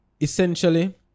essentially